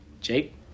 jake